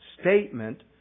statement